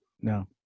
No